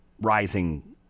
rising